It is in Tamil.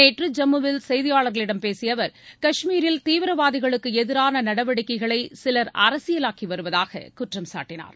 நேற்று ஜம்முவில் செய்தியாளர்களிடம் பேசிய அவர் கஷ்மீரில் தீவிரவாதிகளுக்கு எதிரான நடவடிக்கைகளை சிலர் அரசியலாக்கி வருவதாக குற்றம் சாட்டினார்